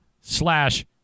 slash